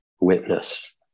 witness